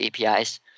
APIs